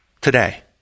today